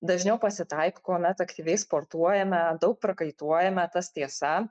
dažniau pasitaiko kuomet aktyviai sportuojame daug prakaituojame tas tiesa